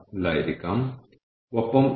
ഇത്തരത്തിലുള്ള പദ്ധതി വളരെ ബുദ്ധിമുട്ടാണ്